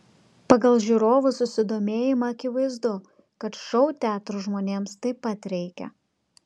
pagal žiūrovų susidomėjimą akivaizdu kad šou teatrų žmonėms taip pat reikia